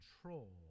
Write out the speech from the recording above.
control